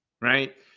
Right